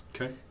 Okay